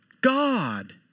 God